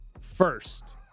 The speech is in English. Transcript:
First